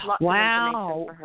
Wow